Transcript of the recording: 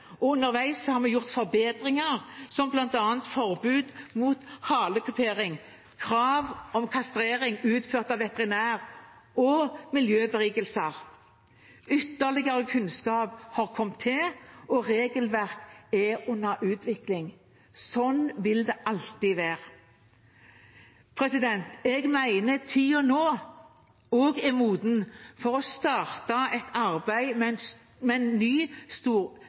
og underveis har vi gjort forbedringer, som bl.a. forbud mot halekupering, krav om kastrering utført av veterinær, og miljøberikelser. Ytterligere kunnskap har kommet til, og regelverk er under utvikling. Slik vil det alltid være. Jeg mener at tiden nå er moden for å starte et arbeid med en